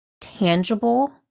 tangible